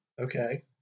Okay